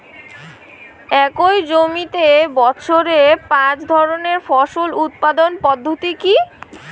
একই জমিতে বছরে পাঁচ ধরনের ফসল উৎপাদন পদ্ধতি কী?